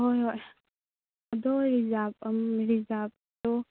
ꯍꯣꯏ ꯍꯣꯏ ꯑꯗꯣ ꯔꯤꯖꯥꯞ ꯔꯤꯖꯥꯞꯇꯣ